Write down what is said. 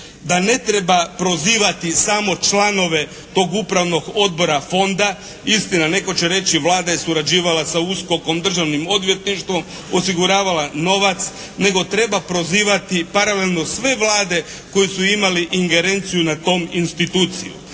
da ne treba prozivati samo članove tog upravnog odbora fonda. Istina netko će reći Vlada je surađivala sa USKOK-om, Državnim odvjetništvom, osiguravala novac nego treba prozivati paralelno sve vlade koje su imale ingerenciju nad tom institucijom.